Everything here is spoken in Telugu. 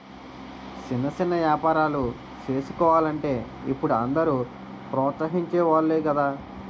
సిన్న సిన్న ఏపారాలు సేసుకోలంటే ఇప్పుడు అందరూ ప్రోత్సహించె వోలే గదా